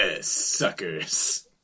suckers